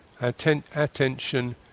attention